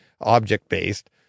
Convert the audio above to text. object-based